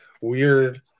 weird